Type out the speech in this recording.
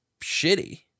shitty